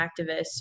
activists